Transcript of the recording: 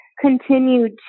continued